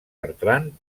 bertran